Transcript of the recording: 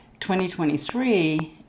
2023